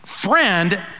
Friend